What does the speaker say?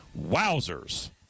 Wowzers